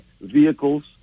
vehicles